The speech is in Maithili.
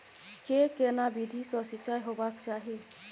के केना विधी सॅ सिंचाई होबाक चाही?